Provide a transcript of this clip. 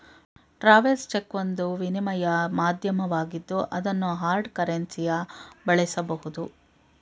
travels check ಒಂದು ವಿನಿಮಯ ಮಾಧ್ಯಮವಾಗಿದ್ದು ಅದನ್ನು ಹಾರ್ಡ್ ಕರೆನ್ಸಿಯ ಬಳಸಬಹುದು